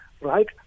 right